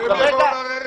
נכון.